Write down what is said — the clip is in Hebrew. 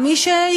באתי